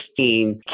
16